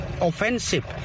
offensive